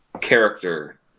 character